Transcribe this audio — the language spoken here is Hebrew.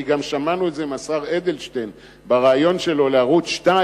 כי גם שמענו את זה מהשר אדלשטיין בריאיון שלו לערוץ-2,